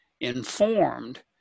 informed